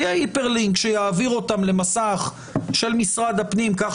יהיה hyperlink שיעביר אותם למסך של משרד הפנים כך